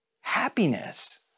happiness